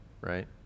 right